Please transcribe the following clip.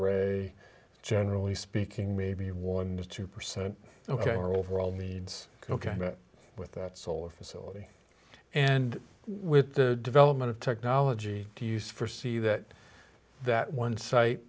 ray generally speaking maybe worn this two percent ok overall needs ok with that solar facility and with the development of technology to use for see that that one site